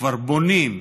וכבר בונים,